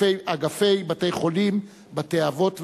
אגפי בתי-חולים, בתי-אבות ועוד.